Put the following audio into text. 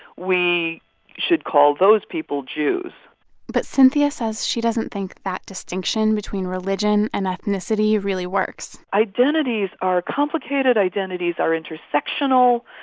we should call those people jews but cynthia says she doesn't think that distinction between religion and ethnicity really works identities are complicated. identities are intersectional,